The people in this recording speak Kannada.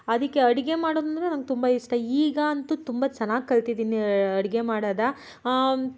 ಅದಕ್ಕೆ ಅಡುಗೆ ಮಾಡೋದಂದರೆ ನಂಗೆ ತುಂಬ ಇಷ್ಟ ಈಗ ಅಂತೂ ತುಂಬ ಚೆನ್ನಾಗಿ ಕಲ್ತಿದ್ದೀನಿ ಅಡುಗೆ ಮಾಡೋದ